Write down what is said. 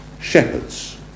Shepherds